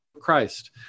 Christ